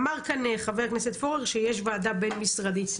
אמר כאן חבר הכנסת פורר שיש וועדה בין משרדית,